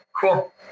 Cool